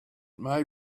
may